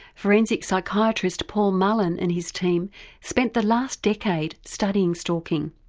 forensic psychiatrist paul mullen and his team spent the last decade studying stalking.